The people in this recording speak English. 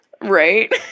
Right